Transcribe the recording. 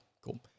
Cool